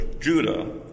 Judah